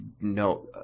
no